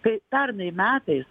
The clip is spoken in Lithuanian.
kai pernai metais